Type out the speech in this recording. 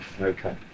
Okay